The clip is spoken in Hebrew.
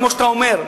כמו שאתה אומר,